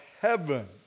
heaven